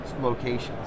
locations